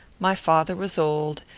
my father was old,